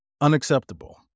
Unacceptable